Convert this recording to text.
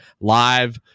Live